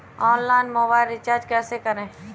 Online mobile recharge कैसे करें?